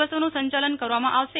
બસોનું સંચાલન કરવામાં આવશે